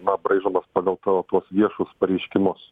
na braižomas pagal ta tuos viešus pareiškimus